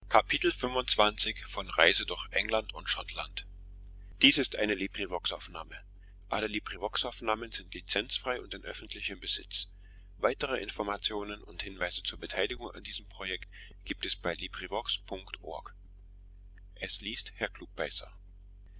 so gibt es